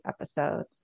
episodes